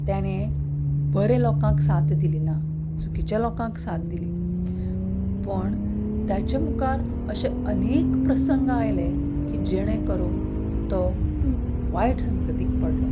ताणें बऱ्यां लोकांक साथ दिली ना चुकीच्या लोकांक साथ दिली पूण ताच्या मुखार अशें अनेक प्रसंग आयले की जेणें करून तो वायट संगतीक पडलो